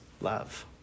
love